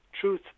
truth